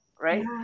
Right